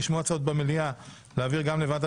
נשמעו הצעות במליאה להעביר גם לוועדת